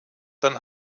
dann